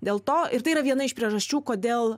dėl to ir tai yra viena iš priežasčių kodėl